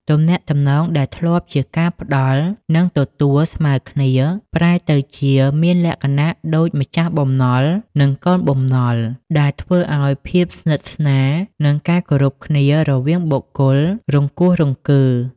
ទំនាក់ទំនងដែលធ្លាប់ជាការផ្ដល់ និងទទួលស្មើគ្នា ប្រែទៅជាមានលក្ខណៈដូចម្ចាស់បំណុល និងកូនបំណុល ដែលធ្វើឲ្យភាពស្និទ្ធស្នាល និងការគោរពគ្នារវាងបុគ្គលរង្គោះរង្គើ។